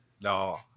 No